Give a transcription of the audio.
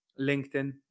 linkedin